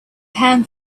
pan